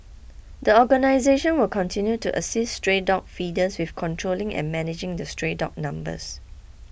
the organisation will continue to assist stray dog feeders with controlling and managing the stray dog numbers